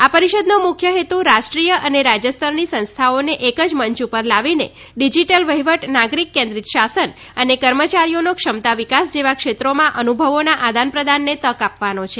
આ પરિષદનો મુખ્ય હેતુ રાષ્ટ્રીય અને રાજ્યસ્તરની સંસ્થાઓને એક જ મંચ ઉપર લાવીને ડિજીટલ વહીવટ નાગરિક કેન્દ્રીત શાસન અને કર્મચારીઓનો ક્ષમતા વિકાસ જેવા ક્ષેત્રોમાં અનુભવોના આદાનપ્રદાનને તક આપવાનો છે